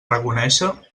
reconéixer